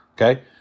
okay